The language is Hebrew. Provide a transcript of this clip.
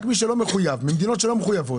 רק מי שלא מחויב, ממדינות שלא מחויבות.